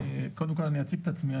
קודם כול אני אציג את עצמי.